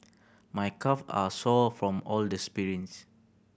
my calve are sore from all the sprints